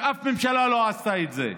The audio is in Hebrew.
אף ממשלה לא עשתה את זה,